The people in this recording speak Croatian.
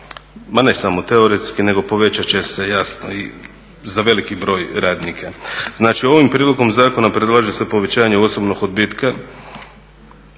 ne samo teoretski nego povećat će se jasno i za veliki broj radnika. Znači ovim prijedlogom zakona predlaže se povećanje osobnog odbitka